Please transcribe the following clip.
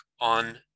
on